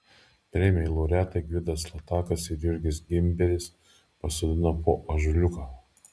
premijų laureatai gvidas latakas ir jurgis gimberis pasodino po ąžuoliuką